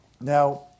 Now